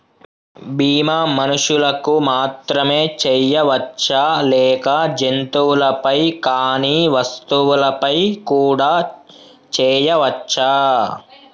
బీమా మనుషులకు మాత్రమే చెయ్యవచ్చా లేక జంతువులపై కానీ వస్తువులపై కూడా చేయ వచ్చా?